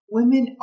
women